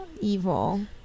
evil